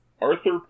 Arthur